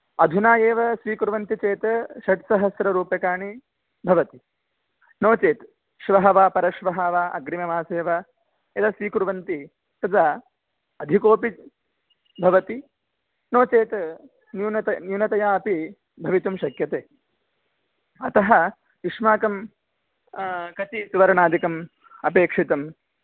अधुना एव स्वीकुर्वन्ति चेत् षट्सहस्ररूप्यकाणि भवति नो चेत् श्वः वा परश्वः वा अग्रिममासे वा यदा स्वीकुर्वन्ति तदा अधिकोपि भवति नो चेत् न्यूनतय न्यूनतयापि भवितुं शक्यते अतः युष्माकं कति सुवर्णादिकम् अपेक्षितम्